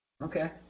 Okay